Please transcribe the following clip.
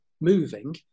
moving